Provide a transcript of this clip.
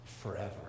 forever